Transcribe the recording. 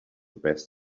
best